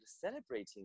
celebrating